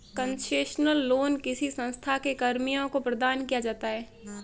concessional loan किसी संस्था के कर्मियों को प्रदान किया जाता है